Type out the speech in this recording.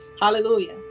Hallelujah